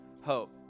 hope